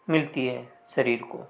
मिलती है शरीर को